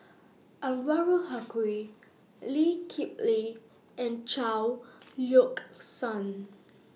Anwarul Haque Lee Kip Lee and Chao Yoke San